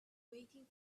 waiting